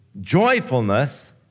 joyfulness